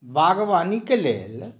बागवानीके लेल